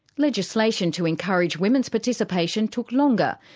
legislation to encourage women's participation took longer,